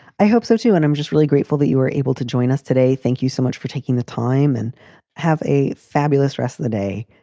i hope so, too. and i'm just really grateful that you were able to join us today. thank you so much for taking the time and have a fabulous rest of the day.